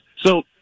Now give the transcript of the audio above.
So-